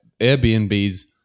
Airbnb's